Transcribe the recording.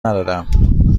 ندادم